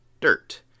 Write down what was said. dirt